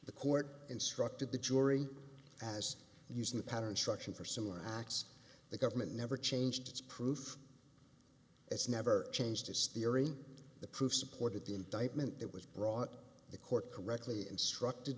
the court instructed the jury as used in the pattern struction for similar acts the government never changed its proof its never changed its theory the proof supported the indictment that was brought the court correctly instructed